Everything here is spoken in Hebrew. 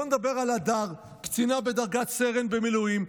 בוא נדבר על הדר, קצינה בדרגת סרן במילואים.